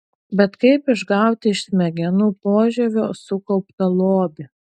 bet kaip išgauti iš smegenų požievio sukauptą lobį